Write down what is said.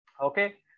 Okay